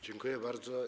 Dziękuję bardzo.